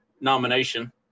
nomination